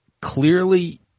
clearly